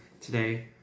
today